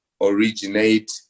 originate